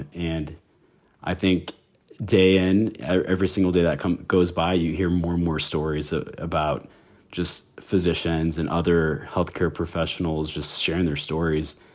and and i think day in every single day that goes by, you hear more, more stories ah about just physicians and other health care professionals just sharing their stories.